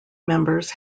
members